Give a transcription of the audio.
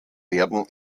werden